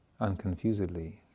unconfusedly